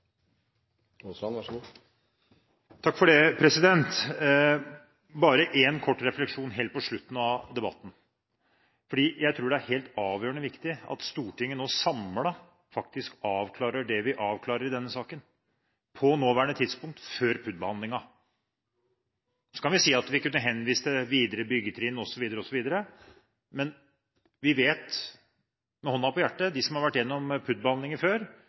Aasland, som er ordfører for saken, og som derfor har en taletid på inntil 3 minutter. Bare en kort refleksjon helt på slutten av debatten: Jeg tror det er helt avgjørende og viktig at Stortinget samlet avklarer på det nåværende tidspunkt det vi avklarer i denne saken – før PUD-behandlingen. Vi kunne henvist til videre byggetrinn osv., men – med hånden på hjertet – de som har vært igjennom PUD-behandlinger før,